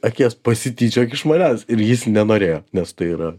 akies pasityčiok iš manęs ir jis nenorėjo nes tai yra